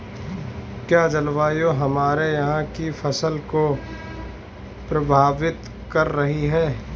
क्या जलवायु हमारे यहाँ की फसल को प्रभावित कर रही है?